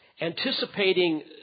Anticipating